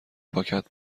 پاکت